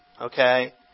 Okay